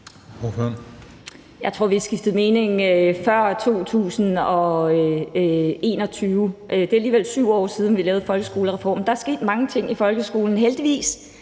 Jeg tror, vi har skiftet mening før 2021. Det er alligevel 7 år siden, vi lavede folkeskolereformen – og der er sket mange ting i folkeskolen, heldigvis